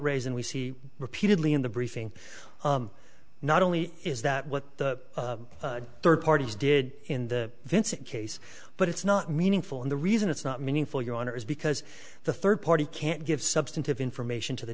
raising we see repeatedly in the briefing not only is that what the third parties did in the vincent case but it's not meaningful and the reason it's not meaningful your honor is because the third party can't give substantive information to the